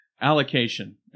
allocation